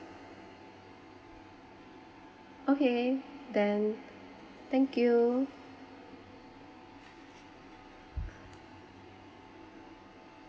okay then thank you